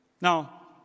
Now